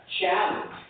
challenge